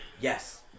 Yes